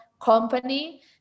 company